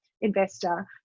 investor